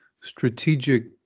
strategic